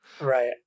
Right